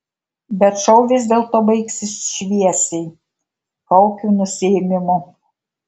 bet šou vis dėlto baigsis šviesiai kaukių nusiėmimu